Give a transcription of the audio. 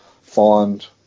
find